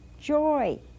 Joy